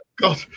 God